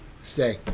stay